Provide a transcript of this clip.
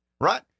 right